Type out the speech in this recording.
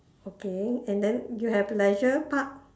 okay and then you have leisure park